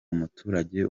umuturage